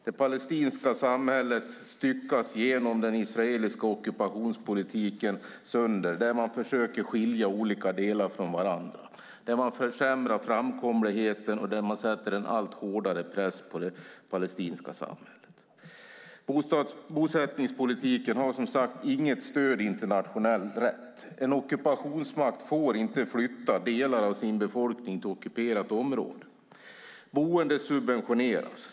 Det palestinska samhället styckas sönder genom den israeliska ockupationspolitiken där man försöker skilja olika delar från varandra, försämrar framkomligheten och sätter en allt hårdare press på det palestinska samhället. Bosättningspolitiken har inget stöd i internationell rätt. En ockupationsmakt får inte flytta delar av sin befolkning till ockuperat område. Boendet subventioneras.